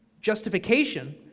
justification